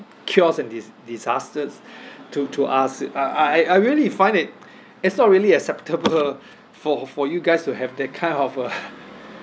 chaos and dis~ disasters to to us I I I really find it it's not really acceptable for for you guys to have that kind of a